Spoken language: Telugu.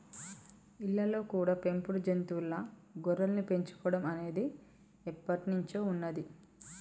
ఇళ్ళల్లో కూడా పెంపుడు జంతువుల్లా గొర్రెల్ని పెంచుకోడం అనేది ఎప్పట్నుంచో ఉన్నది